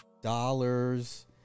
dollars